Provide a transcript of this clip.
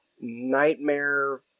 nightmare